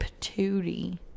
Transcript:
patootie